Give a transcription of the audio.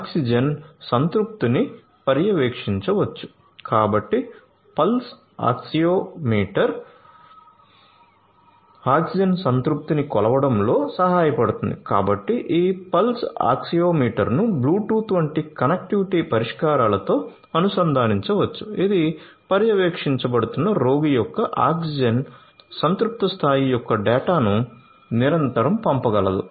oxygen సంతృప్త oxygen సంతృప్తిని కొలవడంలో సహాయపడుతుంది కాబట్టి ఈ పల్స్ ఆక్సియోమీటర్ను బ్లూటూత్ వంటి కనెక్టివిటీ పరిష్కారాలతో అనుసంధానించవచ్చు ఇది పర్యవేక్షించబడుతున్న రోగి యొక్క ఆక్సిజన్ సంతృప్త స్థాయి యొక్క డేటాను నిరంతరం పంపగలదు